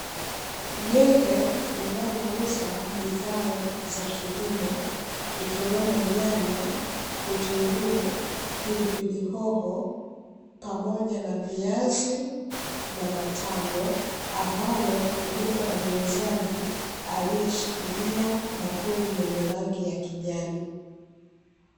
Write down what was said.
Genge linalouza bidhaa za kilimo ikiwemo: nyanya, vitunguu, pilipili hoho, pamoja na viazi na matango, ambalo liko na muuzaji aliyeshikilia bakuli lenye rangi ya kijani.